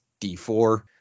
D4